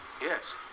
Yes